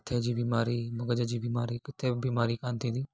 मथे जी बीमारी मगजी बीमारी किथे बि बीमारी कोन थींदी